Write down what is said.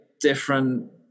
different